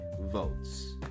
votes